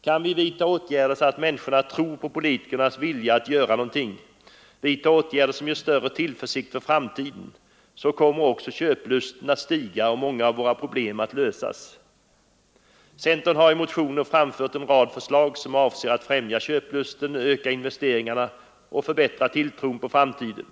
Kan vi vidta åtgärder så att människorna tror på politikernas vilja att göra någonting, åtgärder som ger större tillförsikt för framtiden, kommer också köplusten att stiga och många av våra problem att lösas. Centern har i motioner framfört en rad förslag som avser att främja köplusten, öka investeringarna och förbättra tilltron till framtiden.